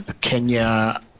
Kenya